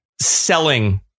selling